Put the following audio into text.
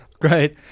Great